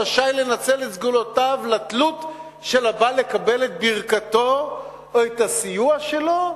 הוא רשאי לנצל את סגולותיו לתלות של הבא לקבל את ברכתו או את הסיוע שלו?